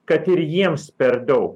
kad ir jiems per daug